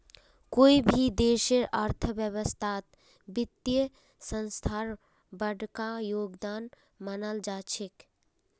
कोई भी देशेर अर्थव्यवस्थात वित्तीय संस्थार बडका योगदान मानाल जा छेक